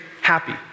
happy